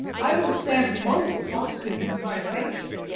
i will stand most constant in my friendship,